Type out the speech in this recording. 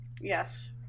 Yes